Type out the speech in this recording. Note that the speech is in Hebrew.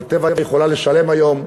אבל "טבע" יכולה לשלם היום.